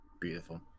Beautiful